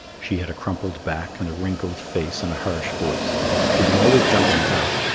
she had a crumpled back and a wrinkled face and a harsh voice she was always jumping about,